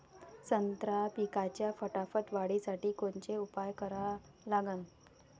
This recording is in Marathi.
संत्रा पिकाच्या फटाफट वाढीसाठी कोनचे उपाव करा लागन?